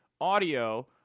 audio—